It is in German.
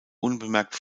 unbemerkt